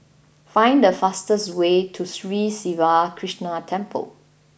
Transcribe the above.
find the fastest way to Sri Siva Krishna Temple